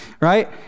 right